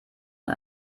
man